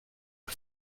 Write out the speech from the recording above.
are